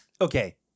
okay